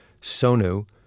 Sonu